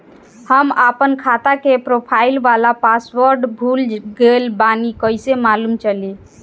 हम आपन खाता के प्रोफाइल वाला पासवर्ड भुला गेल बानी कइसे मालूम चली?